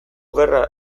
gerra